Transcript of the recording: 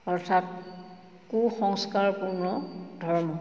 অৰ্থাৎ কু সংস্কাৰপূৰ্ণ ধৰ্ম